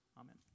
amen